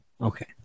Okay